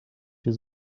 his